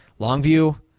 Longview